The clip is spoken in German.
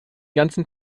ganzen